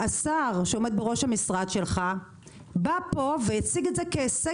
השר שעומד בראש המשרד שלך בא לפה והציג את זה כהישג